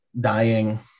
dying